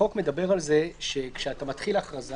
מדבר על זה שכאשר אתה מתחיל הכרזה,